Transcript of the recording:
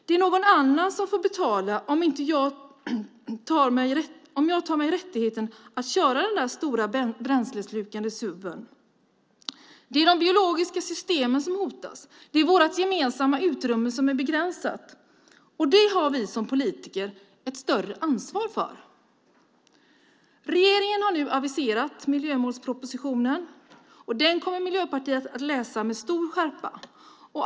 Det är någon annan som får betala om jag tar mig rättigheten att köra den där stora bränsleslukande suven. Det är de biologiska systemen som hotas. Vårt gemensamma utrymme är begränsat. Det har vi som politiker ett större ansvar för. Regeringen har nu aviserat miljömålspropositionen. Den kommer Miljöpartiet att läsa med stor skärpa.